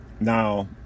Now